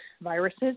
viruses